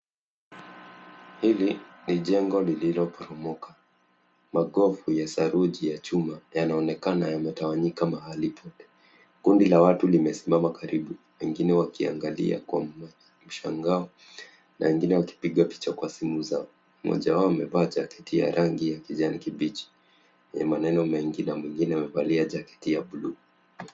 Hili, ni jengo lililoporomoka. Magofu ya saruji ya chuma, yanaonekana yametawanyika mahali pote. Kundi la watu limesimama karibu, wengine wakiangalia kwa mshangao na wengine wakipiga picha kwa simu zao. Mmoja wao amevaa jaketi ya rangi ya kijani kibichi, yenye maneno mengi na mwingine amevalia jaketi ya blue .